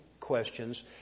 questions